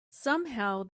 somehow